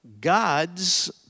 God's